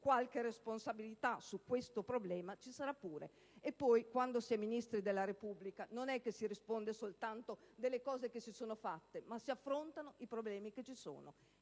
qualche responsabilità su questo problema ci sarà pure! Inoltre, quando si è Ministri della Repubblica, non si risponde soltanto delle cose che sono state fatte, ma si affrontano i problemi esistenti;